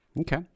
Okay